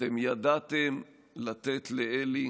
אתם ידעתם לתת לאלי